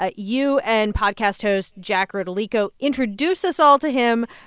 ah you and podcast host jack rodolico introduce us all to him.